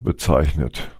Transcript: bezeichnet